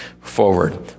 forward